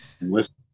listen